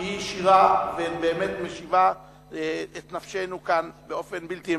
שהיא שירה ובאמת משיבה את נפשנו כאן באופן בלתי אמצעי.